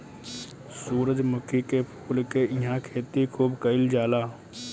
सूरजमुखी के फूल के इहां खेती खूब कईल जाला